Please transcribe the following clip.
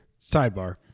sidebar